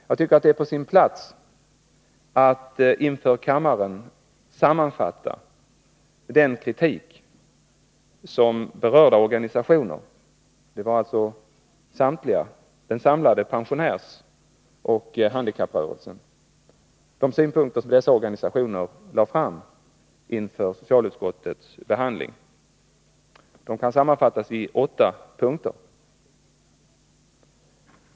Jag tycker att det är på sin plats att inför kammaren sammanfatta den kritik som berörda organisationer — det var den samlade pensionärsoch handikapprörelsen — lade fram inför socialutskottets behandling. Kritiken kan sammanfattas i åtta punkter.